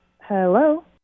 Hello